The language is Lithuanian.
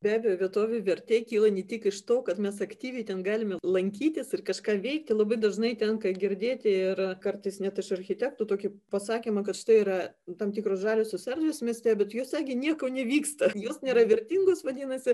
be abejo vietovių vertė kyla ne tik iš to kad mes aktyviai ten galime lankytis ir kažką veikti labai dažnai tenka girdėti ir kartais net iš architektų tokį pasakymą kad tai yra tam tikros žaliosios erdvės mieste bet jose gi nieko nevyksta jos nėra vertingos vadinasi